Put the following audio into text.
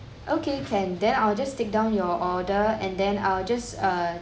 okay can then I'll just take down your order and then I will just err